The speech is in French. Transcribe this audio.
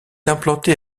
implantée